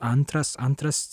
antras antras